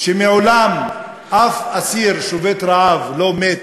מעולם אף אסיר שובת רעב לא מת